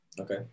okay